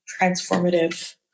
transformative